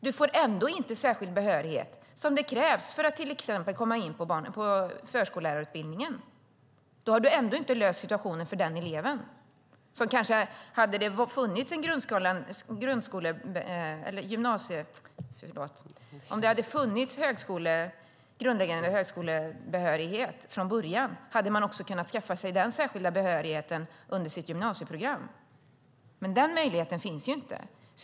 Man får ändå inte särskild behörighet, som krävs för att komma in på till exempel förskollärarutbildningen. Då har man ändå inte löst situationen för denna elev. Om det hade funnits en grundläggande högskolebehörighet från början hade eleven också kunnat skaffa sig den särskilda behörigheten under sitt gymnasieprogram. Men den möjligheten finns inte.